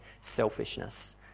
selfishness